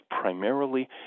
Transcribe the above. primarily